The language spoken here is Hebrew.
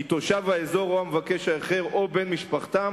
כי תושב האזור או המבקש האחר או בן משפחתם